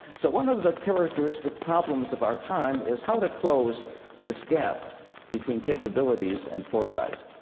so one of the characteristic problems of our time is how to close this gap between capabilities and foresight.